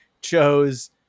chose